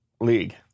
league